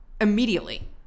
immediately